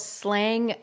slang